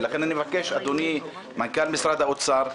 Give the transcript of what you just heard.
ולכן, אני מבקש, אדוני, מנכ"ל משרד האוצר.